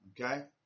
Okay